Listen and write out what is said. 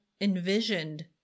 envisioned